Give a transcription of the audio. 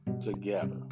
together